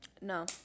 No